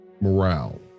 Morale